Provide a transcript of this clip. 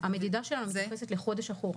המדידה שלנו מתייחסת לחודש אחורה.